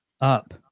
up